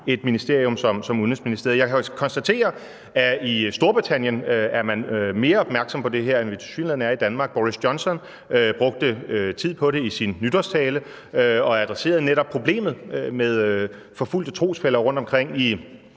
et ministerium som Udenrigsministeriet. Jeg konstaterer, at i Storbritannien er man mere opmærksomme på det her, end vi tilsyneladende er i Danmark. Boris Johnson brugte tid på det i sin nytårstale og adresserede netop problemet med forfulgte trosfæller rundtomkring i